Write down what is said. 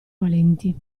valenti